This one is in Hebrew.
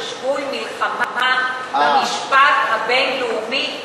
שבוי מלחמה במשפט הבין-לאומי ההומניטרי.